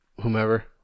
whomever